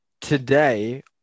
today